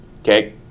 okay